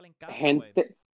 Gente